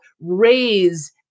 raise